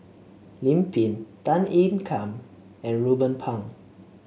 Lim Pin Tan Ean Kiam and Ruben Pang